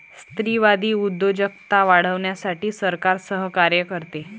स्त्रीवादी उद्योजकता वाढवण्यासाठी सरकार सहकार्य करते